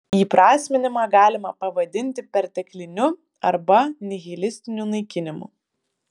įprasminimą galima pavadinti pertekliniu arba nihilistiniu naikinimu